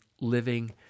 living